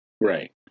Right